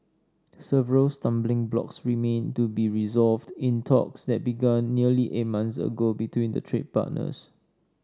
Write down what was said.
several stumbling blocks remain to be resolved in talks that began nearly eight months ago between the trade partners